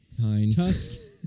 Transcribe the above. Tusk